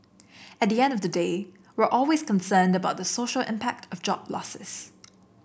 at the end of the day we're always concerned about the social impact of job losses